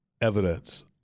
evidence